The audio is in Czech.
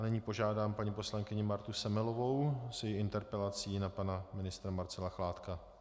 Nyní požádám paní poslankyni Martu Semelovou s její interpelací na pana ministra Marcela Chládka.